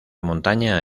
montaña